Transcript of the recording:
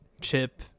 chip